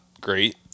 great